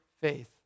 faith